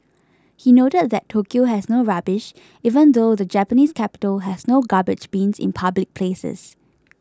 he noted that Tokyo has no rubbish even though the Japanese capital has no garbage bins in public places